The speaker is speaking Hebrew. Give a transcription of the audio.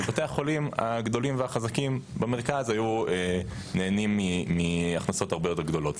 ובתי החולים הגדולים והחזקים במרכז היו נהנים מהכנסות הרבה יותר גדולות.